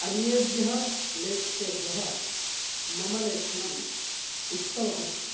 अन्येभ्यः लेखकेभ्यः मम लेखनम् उत्तमम् अस्ति